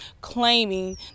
claiming